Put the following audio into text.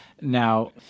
Now